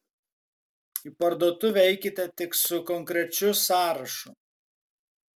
į parduotuvę eikite tik su konkrečiu sąrašu